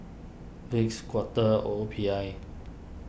Vicks Quaker O P I